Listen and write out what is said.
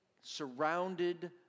surrounded